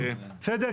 בסדר?